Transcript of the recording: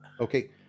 Okay